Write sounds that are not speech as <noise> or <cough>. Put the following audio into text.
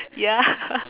ya <laughs>